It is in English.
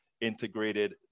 integrated